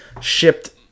shipped